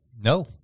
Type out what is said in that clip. No